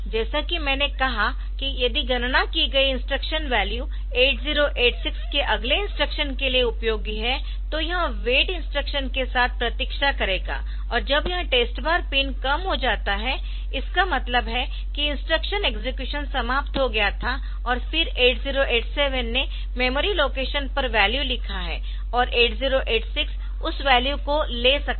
जैसा कि मैंने कहा कि यदि गणना की गई इंस्ट्रक्शन वैल्यू 8086 के अगले इंस्ट्रक्शन के लिए उपयोगी है तो यह वेट इंस्ट्रक्शन के साथ प्रतीक्षा करेगा और जब यह टेस्ट बार पिन कम हो जाता है इसका मतलब है कि इंस्ट्रक्शन एक्सेक्युशन समाप्त हो गया था और फिर 8087 ने मेमोरी लोकेशन पर वैल्यू लिखा है और 8086 उस वैल्यू को ले सकता है